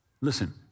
Listen